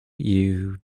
you